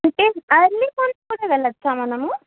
అంటే అన్ని కొనుక్కొని వెళ్ళొచ్చా మనము